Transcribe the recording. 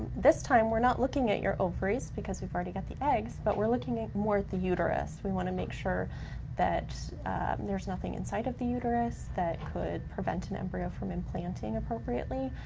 this time we're not looking at your ovaries because we've already got the eggs, but we're looking more at the uterus. we wanna make sure that there's nothing inside of the uterus that could prevent an embryo from implanting appropriately.